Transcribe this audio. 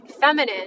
feminine